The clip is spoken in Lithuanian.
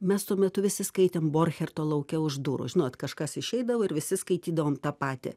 mes tuo metu visi skaitėm borcherto lauke už durų žinot kažkas išeidavo ir visi skaitydavom tą patį